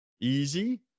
Easy